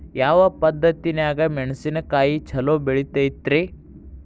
ಯಾವ ಪದ್ಧತಿನ್ಯಾಗ ಮೆಣಿಸಿನಕಾಯಿ ಛಲೋ ಬೆಳಿತೈತ್ರೇ?